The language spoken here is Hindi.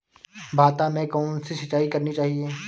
भाता में कौन सी सिंचाई करनी चाहिये?